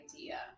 idea